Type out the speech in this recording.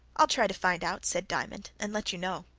i'll try to find out, said diamond, and let you know.